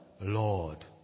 Lord